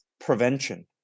prevention